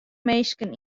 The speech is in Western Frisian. minsken